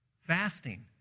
Fasting